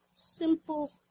simple